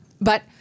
but-